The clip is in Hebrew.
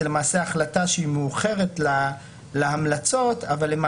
זו החלטה שהיא מאוחרת להמלצות אבל היא